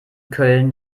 köln